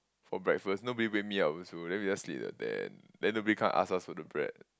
for breakfast nobody wake me up also then we just sleep in the tent then nobody come ask us for the bread